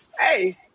hey